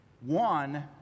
One